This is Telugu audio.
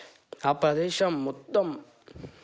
ఆ ప్రదేశం మొత్తం